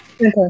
Okay